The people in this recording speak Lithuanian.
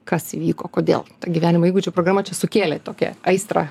kas vyko kodėl gyvenimo įgūdžių programa čia sukėlė tokia aistrą